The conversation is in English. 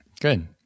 Good